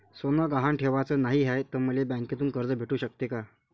सोनं गहान ठेवाच नाही हाय, त मले बँकेतून कर्ज भेटू शकते का?